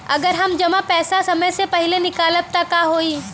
अगर हम जमा पैसा समय से पहिले निकालब त का होई?